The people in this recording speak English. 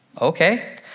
okay